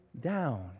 down